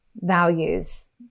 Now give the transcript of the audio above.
Values